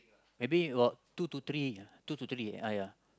maybe about two to three ah two to three ah ya